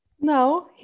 No